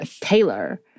Taylor